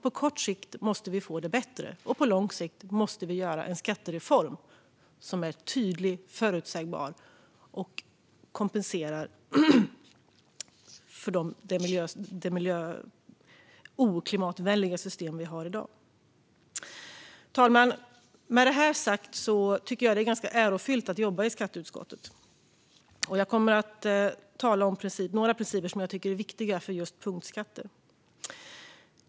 På kort sikt måste vi få det bättre, och på lång sikt måste vi göra en skattereform som är tydlig och förutsägbar och som kompenserar för det miljö och klimatovänliga system vi har i dag. Fru talman! Med detta sagt tycker jag att det är ganska ärofyllt att jobba i skatteutskottet. Jag kommer att tala om några principer som jag tycker är viktiga för just punktskatter.